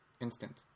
instant